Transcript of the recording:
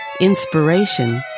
inspiration